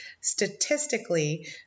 statistically